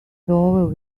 over